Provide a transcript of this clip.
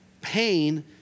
pain